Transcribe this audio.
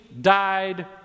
died